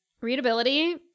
Readability